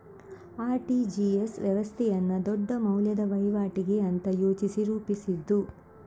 RTGS ವ್ಯವಸ್ಥೆಯನ್ನ ದೊಡ್ಡ ಮೌಲ್ಯದ ವೈವಾಟಿಗೆ ಅಂತ ಯೋಚಿಸಿ ರೂಪಿಸಿದ್ದು